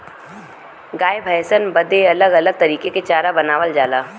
गाय भैसन बदे अलग अलग तरीके के चारा बनावल जाला